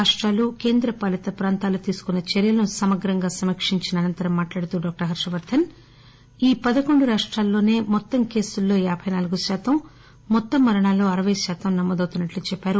రాష్టాలు కేంద్రపాలిత ప్రాంతాల తీసుకున్న చర్యలను సమగ్రంగా సమీక్షించిన అసంతరం మాట్లాడుతూ డాక్టర్ హర్షవర్దన్ ఈ పదకొండు రాష్టాల్లోని మొత్తం కేసుల్లో యాబైనాలుగు శాతం మొత్తం మరణాల్లో అరపై శాతం నమోదవుతున్నట్లు చెప్పారు